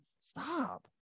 stop